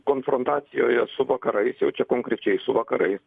konfrontacijoje su vakarais jau čia konkrečiai su vakarais